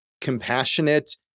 compassionate